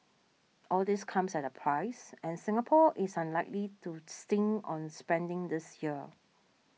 all this comes at a price and Singapore is unlikely to stint on spending this year